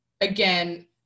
again